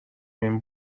این